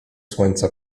słońca